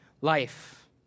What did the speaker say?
life